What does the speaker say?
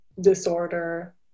disorder